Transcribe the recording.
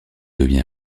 devient